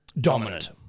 dominant